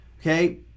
okay